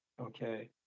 Okay